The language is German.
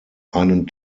einen